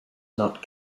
not